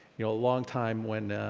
you know long time when,